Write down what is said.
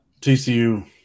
TCU